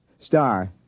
Star